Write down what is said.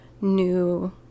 new